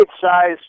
size